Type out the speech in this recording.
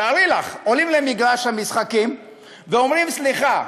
תארי לך, עולים למגרש המשחקים ואומרים: סליחה,